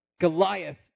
Goliath